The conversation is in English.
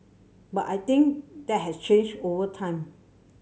but I think that has changed over time